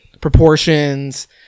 proportions